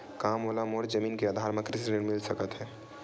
का मोला मोर जमीन के आधार म कृषि ऋण मिल सकत हे?